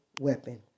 weapon